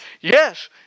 yes